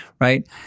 right